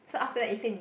so after that you sing